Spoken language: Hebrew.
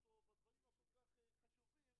יש הבנה גם עם מרכז השלטון המקומי.